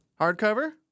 Hardcover